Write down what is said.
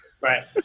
Right